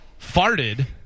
farted